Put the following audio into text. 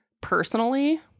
personally